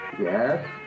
Yes